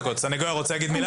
הסניגוריה רוצה לומר מילה?